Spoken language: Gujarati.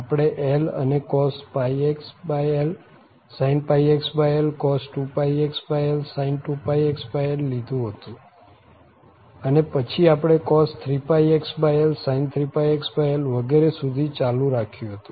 આપણે l અને cos πxl sin πxl cos 2πxl sin 2πxl લીધું હતું અને પછી આપણે cos 3πxl sin 3πxl વગેરે સુધી ચાલુ રાખ્યું હતું